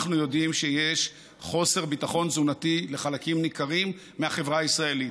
אנחנו יודעים שיש חוסר ביטחון תזונתי לחלקים ניכרים מהחברה הישראלית.